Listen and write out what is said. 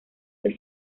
que